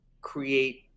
create